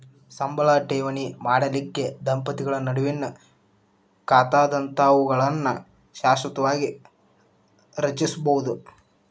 ಸಂಬಳ ಠೇವಣಿ ಮಾಡಲಿಕ್ಕೆ ದಂಪತಿಗಳ ನಡುವಿನ್ ಖಾತಾದಂತಾವುಗಳನ್ನ ಶಾಶ್ವತವಾಗಿ ರಚಿಸ್ಬೋದು